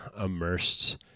immersed